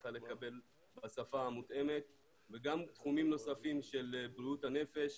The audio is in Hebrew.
צריכה לקבל בשפה המותאמת וגם תחומים נוספים של בריאות הנפש,